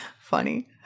funny